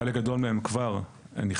חלק גדול מהם כבר נכנס,